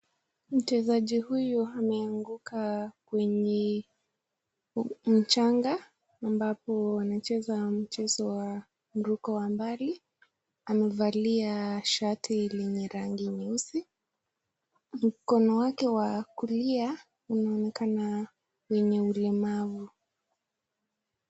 Mchezaji huyu ameanguka kwenye mchanga, ambapo anacheza mchezo wa mruko wa mbali, amevalia shati lenye rangi nyeusi, mkono wake wa kulia, unaonekana lenye ulemavu.